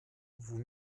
vous